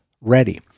ready